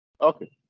Okay